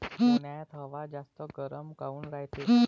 उन्हाळ्यात हवा जास्त गरम काऊन रायते?